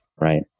right